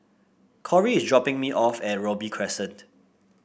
Corry is dropping me off at Robey Crescent